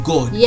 God